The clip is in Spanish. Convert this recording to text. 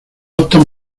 optan